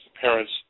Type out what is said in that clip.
parents